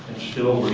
still